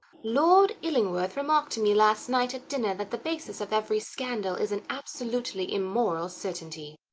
lord illingworth remarked to me last night at dinner that the basis of every scandal is an absolutely immoral certainty.